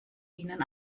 ihnen